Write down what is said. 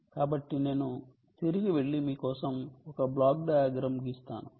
కాబట్టి నేను తిరిగి వెళ్లి మీ కోసం ఒక బ్లాక్ డయగ్రామ్ గీస్తాను